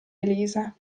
elisa